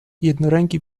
jednoręki